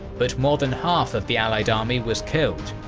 but more than half of the allied army was killed.